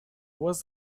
was